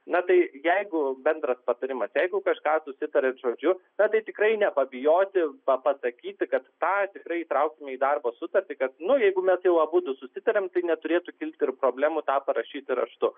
na tai jeigu bendras patarimas jeigu kažką susitarėt žodžiu na tai tikrai nepabijoti pa pasakyti kad tą tikrai įtrauksime į darbo sutartį kad nu jeigu metu abudu susitarėm tai neturėtų kilti ir problemų tą parašyti raštu